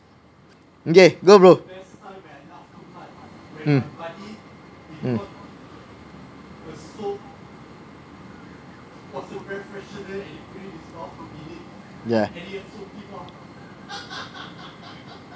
okay go bro mm mm yeah